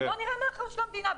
אז בואו נראה מה האחריות של המדינה.